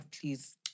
please